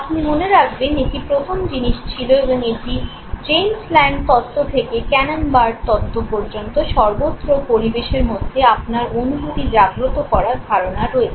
আপনি মনে রাখবেন এটি প্রথম জিনিস ছিল এবং এটি জেমস ল্যাং তত্ত্ব থেকে ক্যানন বার্ড তত্ত্ব পর্যন্ত সর্বত্র পরিবেশের মধ্যে আপনার অনুভূতি জাগ্রত করার ধারণা রয়েছে